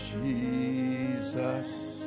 Jesus